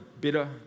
bitter